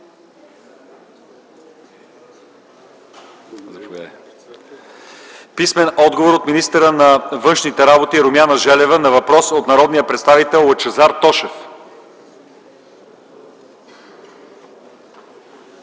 писмен отговор от министъра на външните работи Румяна Желева на въпрос от народния представител Лъчезар Тошев;